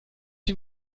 den